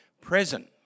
present